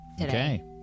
okay